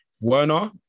Werner